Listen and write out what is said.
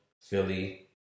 Philly